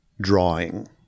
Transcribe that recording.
drawing